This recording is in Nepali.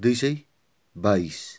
दुई सय बाइस